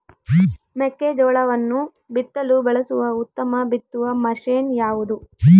ಮೆಕ್ಕೆಜೋಳವನ್ನು ಬಿತ್ತಲು ಬಳಸುವ ಉತ್ತಮ ಬಿತ್ತುವ ಮಷೇನ್ ಯಾವುದು?